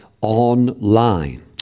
online